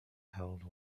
held